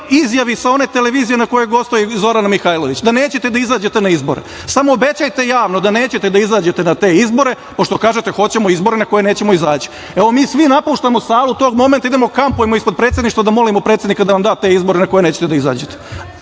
izjavi sa one televizije na kojoj gostuje Zorana Mihajlović, da nećete da izađete na izbore, samo obećajte javno da nećete da izađete na te izbore, pošto kažete – hoćemo izbore na koje nećemo izaći. Evo, mi svi napuštamo salu tog momenta i idemo da kampujemo ispred predsedništva da molimo predsednika da nam da te izbore na koje nećete da izađete,